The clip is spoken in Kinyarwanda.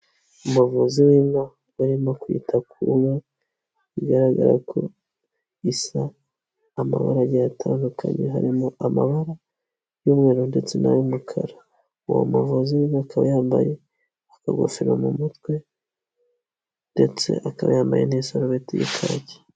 Umuvuzi w'inka barimo kwita ku nka, bigaragara ko isa amabara agiye yatandukanye, harimo amabara y'umweru ndetse n'ay'umukara, uwo muvuzi w'inka akaba yambaye akagofero mu mutwe ndetse akaba yambaye n'isarubeti y'ikaki.